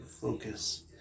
focus